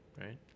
right